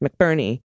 McBurney